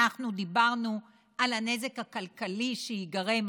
אנחנו דיברנו על הנזק הכלכלי שייגרם,